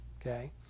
Okay